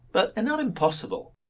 but and not impossible.